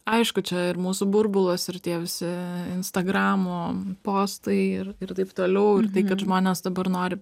aišku čia ir mūsų burbulas ir tie visi instagramo postai ir ir taip toliau ir tai kad žmonės dabar nori